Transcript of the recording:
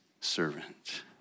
servant